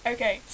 Okay